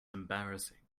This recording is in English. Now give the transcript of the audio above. embarrassing